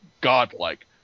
godlike